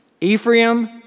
Ephraim